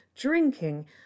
drinking